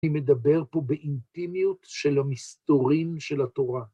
אני מדבר פה באינטימיות של המסתורים של התורה.